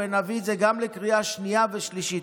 ונביא את זה גם לקריאה השנייה והשלישית.